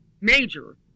major